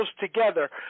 together